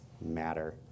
matter